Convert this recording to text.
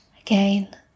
Again